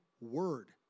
word